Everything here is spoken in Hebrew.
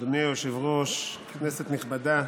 אדוני היושב-ראש, כנסת נכבדה,